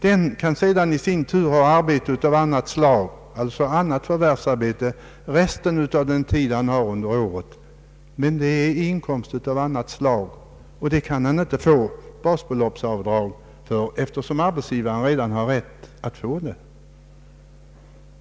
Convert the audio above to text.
Personen i fråga kan ha annat förvärvsarbete under den övriga tiden, men det är inkomst av annat slag, och den kan han inte få basbeloppsavdrag för, eftersom arbetsgivaren redan har rätt att få det.